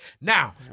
Now